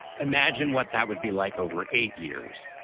imagine what that would be like over eight years.